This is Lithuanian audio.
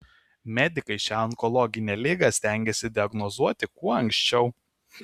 medikai šią onkologinę ligą stengiasi diagnozuoti kuo anksčiau